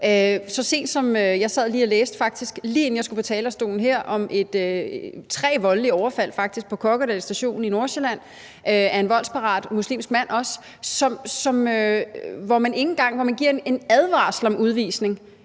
Jeg sad faktisk lige og læste, lige inden jeg skulle på talerstolen her, om tre voldelige overfald på Kokkedal Station i Nordsjælland af en voldsparat muslimsk mand, hvor man giver en advarsel om udvisning,